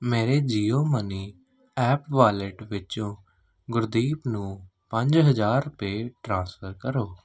ਮੇਰੇ Jio money app wallet ਵਿੱਚੋਂ ਗੁਰਦੀਪ ਨੂੰ ਪੰਜ ਹਜ਼ਾਰ ਰੁਪਏ ਟ੍ਰਾਂਸਫਰ ਕਰੋ